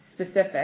specific